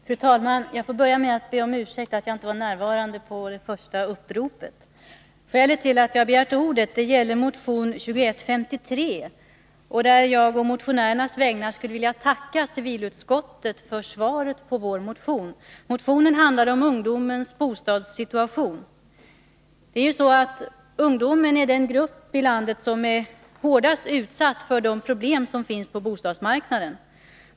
Fru talman! Jag får börja med att be om ursäkt för att jag inte var närvarande vid det första uppropet. Skälet till att jag har begärt ordet är motion 2153. Jag skulle å motionärernas vägnar vilja tacka civilutskottet för yttrandet över vår motion, som handlar om ungdomens bostadssituation. Ungdomen är den grupp i samhället som är hårdast utsatt för de problem som finns på bostadsmarknaden.